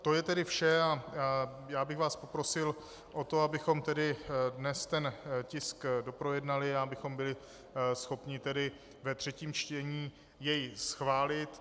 To je tedy vše a já bych vás poprosil o to, abychom dnes ten tisk doprojednali a abychom byli schopni ve třetím čtení jej schválit.